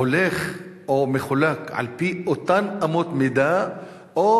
הולך או מחולק על-פי אותן אמות מידה או